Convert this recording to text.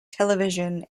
television